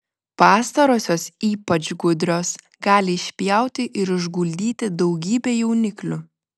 pastarosios ypač gudrios gali išpjauti ir išguldyti daugybę jauniklių